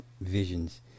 visions